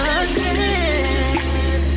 again